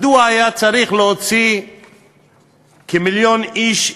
מדוע היה צריך להוציא כמיליון איש,